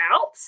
out